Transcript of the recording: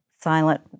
silent